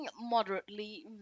moderately